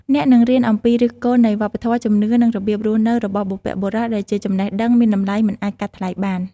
អ្នកនឹងរៀនអំពីឫសគល់នៃវប្បធម៌ ជំនឿ និងរបៀបរស់នៅរបស់បុព្វបុរស ដែលជាចំណេះដឹងមានតម្លៃមិនអាចកាត់ថ្លៃបាន។